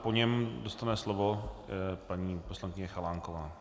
Po něm dostane slovo paní poslankyně Chalánková.